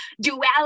duality